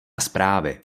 zprávy